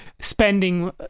spending